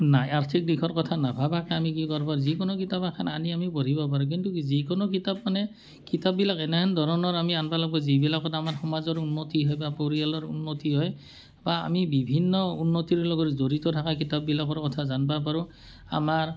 নাই আৰ্থিক দিশৰ কথা নাভাবাকৈ আমি কি কৰিব পাৰো যিকোনো কিতাপ এখন আনি আমি পঢ়িব পাৰোঁ কিন্তু যিকোনো কিতাপ মানে কিতাপবিলাক এনেহেন ধৰণৰ আমি আনিব লাগিব যিবিলাকত আমাৰ সমাজৰ উন্নতি হয় বা পৰিয়ালৰ উন্নতি হয় বা আমি বিভিন্ন উন্নতিৰ লগত জড়িত থকা কিতাপবিলাকৰ কথা জানিব পাৰোঁ আমাৰ